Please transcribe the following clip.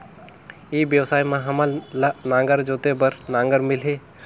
ई व्यवसाय मां हामन ला नागर जोते बार नागर मिलही?